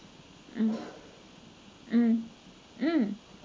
um um um